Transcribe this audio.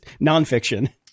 nonfiction